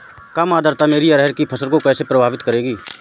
कम आर्द्रता मेरी अरहर की फसल को कैसे प्रभावित करेगी?